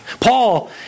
Paul